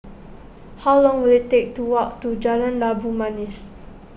how long will it take to walk to Jalan Labu Manis